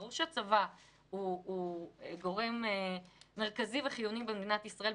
ברור שהצבא הוא גורם מרכזי וחיוני במדינת ישראל,